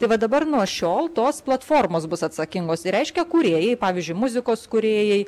tai va dabar nuo šiol tos platformos bus atsakingos ir reiškia kūrėjai pavyzdžiui muzikos kūrėjai